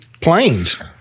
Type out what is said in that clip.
planes